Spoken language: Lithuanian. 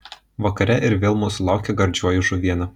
vakare ir vėl mūsų laukė gardžioji žuvienė